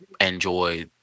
enjoy